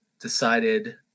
decided